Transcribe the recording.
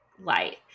light